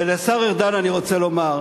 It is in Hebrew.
ולשר ארדן אני רוצה לומר,